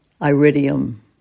iridium